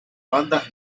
banda